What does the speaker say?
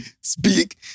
speak